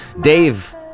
Dave